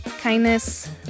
kindness